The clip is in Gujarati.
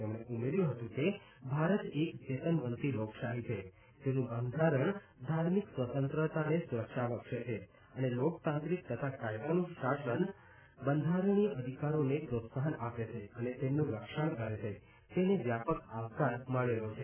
તેમણે ઉમેર્યું હતું કે ભારત એક ચેતનવંતી લોકશાહી છે જેનું બંધારણ ધાર્મિક સ્વતંત્રતાને સુરક્ષા બક્ષે છે અને લોકતાંત્રિક તથા કાયદાનું શાસન બંધારણીય અધિકારોને પ્રોત્સાહન આપે છે અને તેમનું રક્ષણ કરે છે તેને વ્યાપક આવકાર મળેલો છે